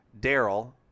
Daryl